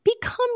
become